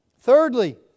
Thirdly